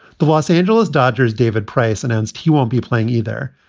the los angeles dodgers david price announced he won't be playing either.